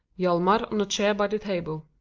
hjalmar on a chair by the table.